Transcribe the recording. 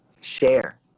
share